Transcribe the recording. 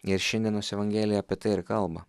ir šiandienos evangelija apie tai ir kalba